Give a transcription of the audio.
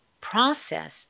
process